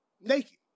naked